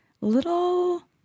little